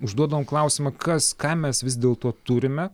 užduodavom klausimą kas ką mes vis dėlto turime